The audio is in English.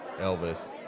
Elvis